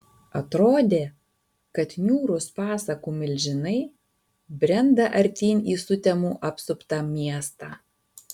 atrodė kad niūrūs pasakų milžinai brenda artyn į sutemų apsuptą miestą